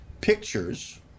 pictures